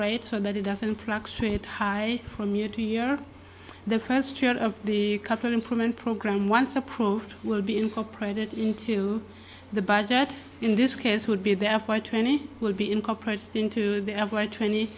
rate so that it doesn't fluctuate high from year to year their first year of the couple implement program once approved will be incorporated into the budget in this case would be there for twenty will be incorporated into the up to a twenty